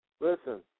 listen